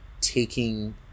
taking